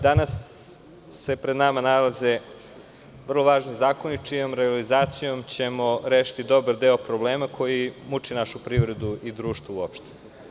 Danas se pred nama nalaze vrlo važni zakoni čijom realizacijom ćemo rešiti dobar deo problema koji muči našu privredu i društvo uopšte.